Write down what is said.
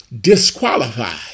disqualified